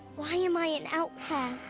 why am i an outcast?